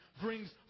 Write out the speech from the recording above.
brings